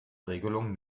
regelungen